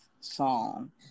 song